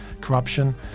corruption